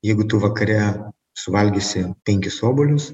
jeigu tu vakare suvalgysi penkis obuolius